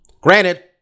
Granted